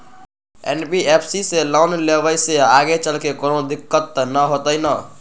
NBFC से loan लेबे से आगेचलके कौनो दिक्कत त न होतई न?